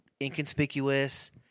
inconspicuous